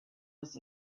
was